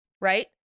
right